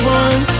one